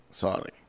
sorry